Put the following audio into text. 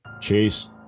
Chase